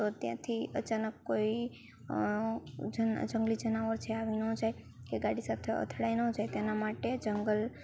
તો ત્યાંથી અચાનક કોઈ જંગલી જનાવર છે આવી ન જાય કે ગાડી સાથે અથડાઈ ન જાય તેના માટે જંગલ